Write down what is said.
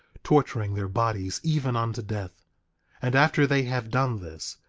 torturing their bodies even unto death and after they have done this,